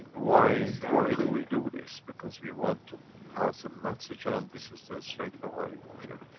why. why do we do this? because we want to pass a message on this is the strength of our emotion.